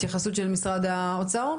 התייחסות של משרד האוצר?